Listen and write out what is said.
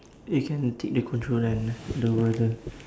you can take the controller and lower the